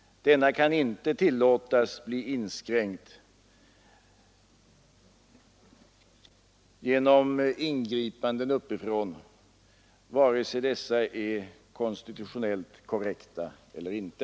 Denna kan inte tillåtas bli inskränkt genom ingripanden uppifrån, vare sig dessa är konstitutionellt korrekta eller inte.